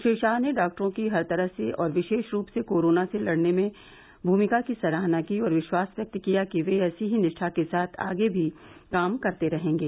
श्री शाह ने डॉक्टरों की हर तरह से और विशेष रूप से कोरोना से लड़ने में भूमिका की सराहना की और विश्वास व्यक्त किया कि वे ऐसी ही निष्ठा के साथ आगे भी काम करते रहेंगे